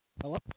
Hello